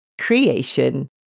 creation